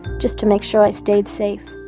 just to make sure i stayed safe.